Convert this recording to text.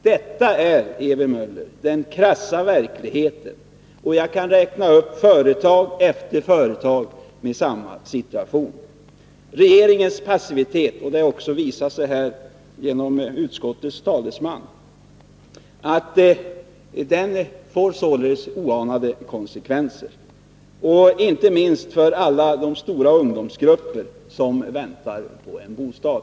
Detta är, Ewy Möller, den krassa verkligheten, och jag kan räkna upp företag efter företag i samma situation. Regeringens passivitet — som också har visat sig här genom utskottets talesman — får således oanade konsekvenser, inte minst för de stora ungdomsgrupper som väntar på att få bostad.